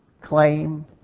claim